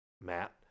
Matt